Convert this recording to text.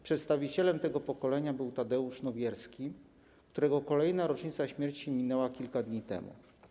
Przedstawicielem tego pokolenia był Tadeusz Nowierski, którego kolejna rocznica śmierci minęła kilka dni temu.